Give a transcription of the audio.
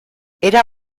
era